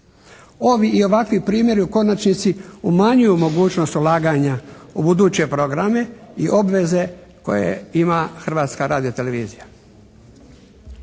Ovi i ovakvi primjeri u konačnici umanjuju mogućnost ulaganja u buduće programe i obveze koje ima Hrvatska radio-televizija.